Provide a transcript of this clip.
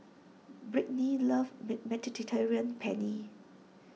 Brittnee loves mid Mediterranean Penne